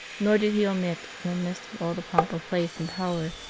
nor did he omit, in the midst of all the pomp of place and power,